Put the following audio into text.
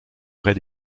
vrais